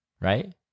right